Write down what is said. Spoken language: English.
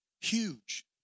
Huge